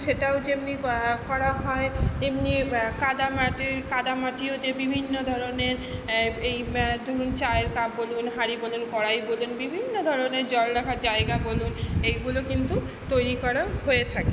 সেটাও যেমনি করা হয় তেমনি কাদামাটির কাদামাটিও দিয়ে বিভিন্ন ধরণের এই ধরুন চায়ের কাপ বলুন হাঁড়ি বলুন কড়াই বলুন বিভিন্ন ধরণের জল রাখার জায়গা বলুন এইগুলো কিন্তু তৈরি করা হয়ে থাকে